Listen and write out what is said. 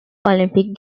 olympic